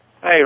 Hey